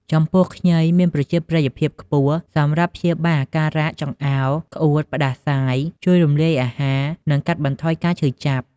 ចំពោះ ខ្ញី មានប្រជាប្រិយភាពខ្ពស់សម្រាប់ព្យាបាលអាការៈចង្អោរ ក្អួត ផ្តាសាយ ជួយរំលាយអាហារ និងកាត់បន្ថយការឈឺចាប់។